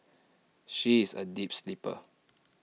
she is A deep sleeper